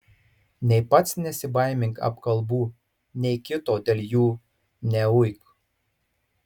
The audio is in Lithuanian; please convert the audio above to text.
nei pats nesibaimink apkalbų nei kito dėl jų neuik